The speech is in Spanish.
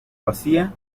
vacía